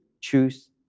choose